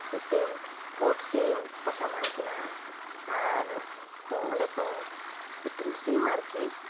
ᱢᱤᱫᱴᱮᱱ ᱯᱩᱸᱰ ᱥᱤᱢ ᱠᱚ ᱥᱟᱢᱟᱝ ᱠᱤᱱᱟ ᱟᱨ ᱠᱚ ᱚᱸᱰᱮ ᱠᱚ ᱢᱤᱫᱴᱤᱱ ᱥᱤᱢ ᱟᱨᱠᱤ